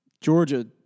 Georgia